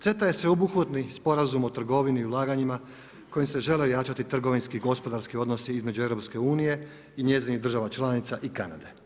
CETA je sveobuhvatni sporazum o trgovini i ulaganjima kojim se žele ojačati trgovinski, gospodarski odnosi između EU i njezinih država članica i Kanade.